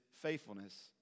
faithfulness